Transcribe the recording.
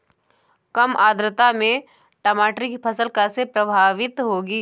कम आर्द्रता में टमाटर की फसल कैसे प्रभावित होगी?